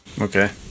Okay